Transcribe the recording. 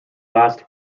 last